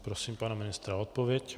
Prosím pana ministra o odpověď.